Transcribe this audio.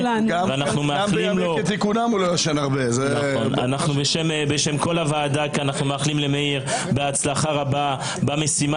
אנחנו מאחלים לו בשם כל הוועדה בהצלחה רבה במשימה